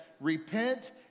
repent